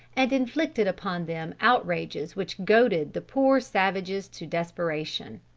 and inflicted upon them outrages which goaded the poor savages to desperation.